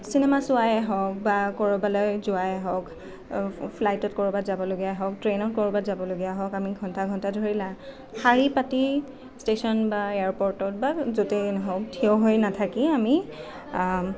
cinema চোৱাই হওক বা কৰবালৈ যোৱাই হওক ফ্লাইটত কৰবাট যাবলগীয়া হওক ট্ৰেইনত কৰবাট যাবলগীয়া হওক আমি ঘণ্টা ঘণ্টা ধৰি লাইন শাৰী পাতি ষ্টেচন বা এয়াৰপৰ্টত বা য'তে নহওক থিয় হৈ নাথাকি আমি